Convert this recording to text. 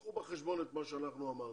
קחו בחשבון את מה שאנחנו אמרנו,